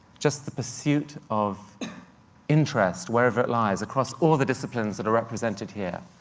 just the pursuit of interest, wherever it lies, across all the disciplines that are represented here.